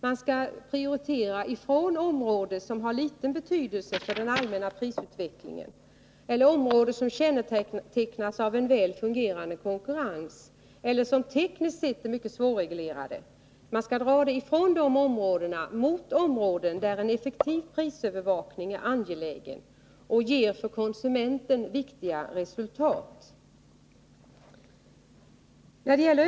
Man skall dra ner inom områden som har liten betydelse för den allmänna prisutvecklingen, områden som kännetecknas av en väl fungerande konkurrens eller som tekniskt sett är mycket svårreglerade, och öka inom de områden där en effektiv prisövervakning är angelägen och ger viktiga resultat för konsumenten.